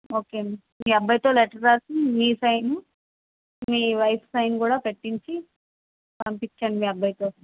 okay అండి మీ అబ్బాయితో లెటర్ రాసి మీ సైను మీ వైఫ్ సైన్ కూడా పెట్టించి పంపించండి మీ అబ్బాయితో